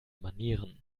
manieren